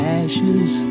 ashes